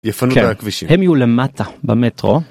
יפנו מהכבישים הם יהיו למטה במטרו.